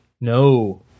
No